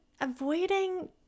avoiding